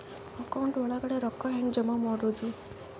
Account ಒಳಗಡೆ ರೊಕ್ಕ ಹೆಂಗ್ ಜಮಾ ಮಾಡುದು?